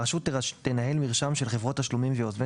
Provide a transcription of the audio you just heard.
הרשות תנהל מרשם של חברות תשלומים ויוזמי